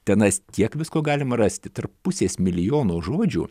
tenais tiek visko galima rasti tarp pusės milijono žodžių